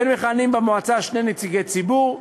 כן מכהנים במועצה שני נציגי ציבור,